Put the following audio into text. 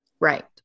Right